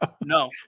no